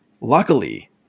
luckily